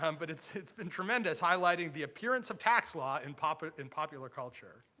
um but it's it's been tremendous highlighting the appearance of tax law in popular in popular culture.